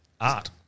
art